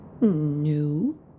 No